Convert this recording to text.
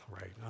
right